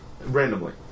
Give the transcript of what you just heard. Randomly